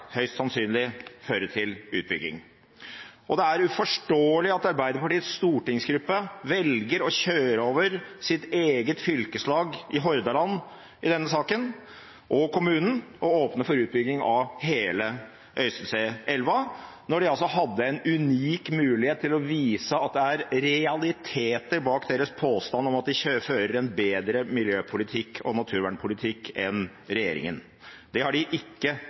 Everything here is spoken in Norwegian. høyst sannsynlig bli utbygging. Det er uforståelig at Arbeiderpartiets stortingsgruppe i denne saken velger å kjøre over sitt eget fylkeslag i Hordaland og kommunen og åpne for utbygging av hele Øysteseelva – når de altså hadde en unik mulighet til å vise at det er realiteter bak deres påstand om at de fører en bedre miljø- og naturvernpolitikk enn regjeringen. Det har de ikke